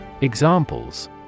Examples